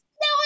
No